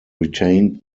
retained